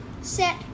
set